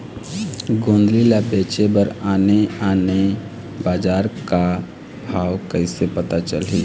गोंदली ला बेचे बर आने आने बजार का भाव कइसे पता चलही?